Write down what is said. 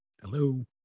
Hello